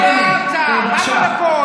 אתם יכולים להפסיק?